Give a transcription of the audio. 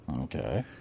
Okay